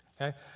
Okay